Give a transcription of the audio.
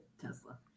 Tesla